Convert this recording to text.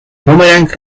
boomerang